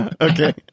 Okay